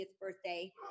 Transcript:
birthday